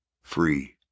free